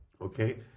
Okay